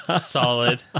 Solid